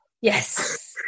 Yes